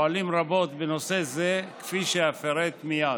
פועלים רבות בנושא זה, כפי שאפרט מייד.